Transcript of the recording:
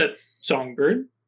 songbird